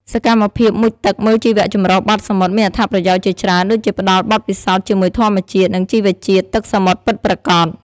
សកម្មភាពមុជទឹកមើលជីវៈចម្រុះបាតសមុទ្រមានអត្ថប្រយោជន៍ជាច្រើនដូចជាផ្តល់បទពិសោធន៍ជាមួយធម្មជាតិ និងជីវៈជាតិទឹកសមុទ្រពិតប្រាកដ។